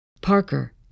Parker